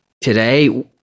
today